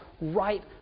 right